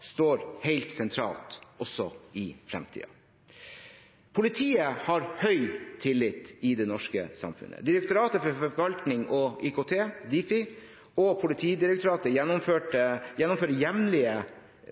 står helt sentral også i framtiden. Politiet har høy tillit i det norske samfunnet. Direktoratet for forvaltning og IKT, Difi, og Politidirektoratet, gjennomfører jevnlige